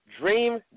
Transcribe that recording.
Dream